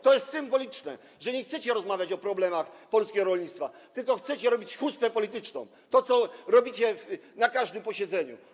To jest symboliczne, że nie chcecie rozmawiać o problemach polskiego rolnictwa, tylko chcecie robić hucpę polityczną, czyli to, co robicie na każdym posiedzeniu.